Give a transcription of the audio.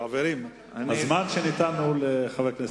חברים, הזמן שניתן הוא לחבר הכנסת רמון.